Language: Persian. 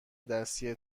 دستی